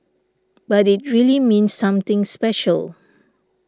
but it really means something special